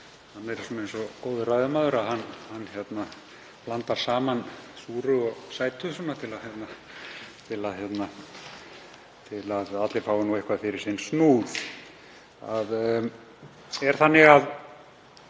Hann er eins og góður ræðumaður, hann blandar saman súru og sætu til að allir fái eitthvað fyrir sinn snúð.